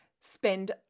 Spend